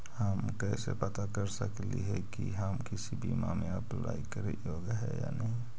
हम कैसे पता कर सकली हे की हम किसी बीमा में अप्लाई करे योग्य है या नही?